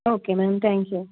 okay ma'am thank you